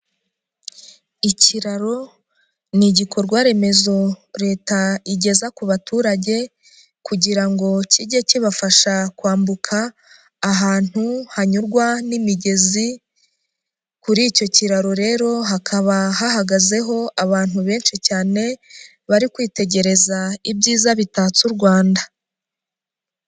Ikiraro ni igikorwa remezo Leta igeza ku baturage kugira ngo kijye kibafasha kwambuka ahantu hanyurwa n'imigezi, kuri icyo kiraro rero hakaba hahagazeho abantu benshi cyane, bari kwitegereza ibyiza bitatse u Rwanda.